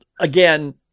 Again